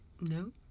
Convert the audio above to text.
No